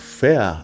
fair